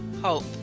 hope